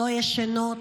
לא ישנות,